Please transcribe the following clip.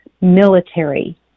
military